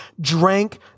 drank